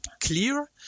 clear